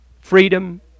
Freedom